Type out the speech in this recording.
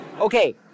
Okay